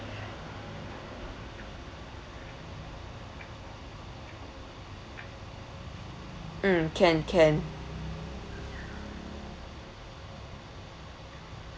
mm can can